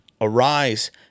Arise